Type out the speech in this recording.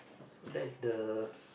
so that is the